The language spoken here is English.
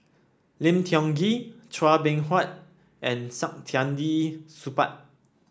Lim Tiong Ghee Chua Beng Huat and Saktiandi Supaat